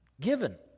Given